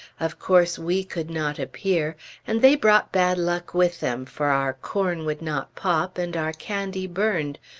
of course, we could not appear and they brought bad luck with them, for our corn would not pop, and our candy burned,